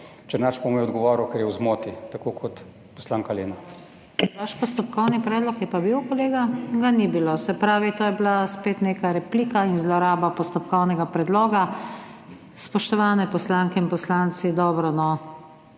Černač pa mu je odgovoril, ker je v zmoti, tako kot poslanka Lena. **PODPREDSEDNICA NATAŠA SUKIČ:** Vaš postopkovni predlog je pa bil, kolega? Ga ni bilo, se pravi, to je bila spet neka replika in zloraba postopkovnega predloga. Spoštovane poslanke in poslanci, dobro, no,